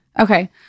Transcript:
Okay